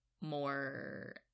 more